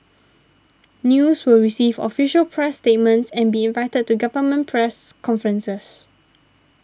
news will receive official press statements and be invited to government press conferences